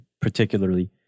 particularly